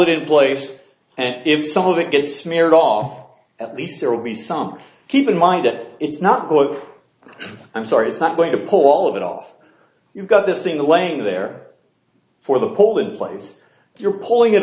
it in place and if some of it gets smeared off at least there'll be some keep in mind that it's not going i'm sorry it's not going to pull all of it off you've got this thing laying there for the polling place you're pulling it